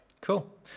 Cool